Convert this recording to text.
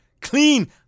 Clean